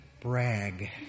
brag